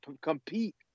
compete